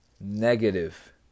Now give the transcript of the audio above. negative